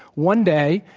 one day,